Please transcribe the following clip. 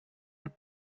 him